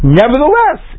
nevertheless